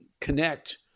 connect